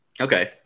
Okay